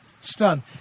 stunned